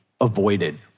avoided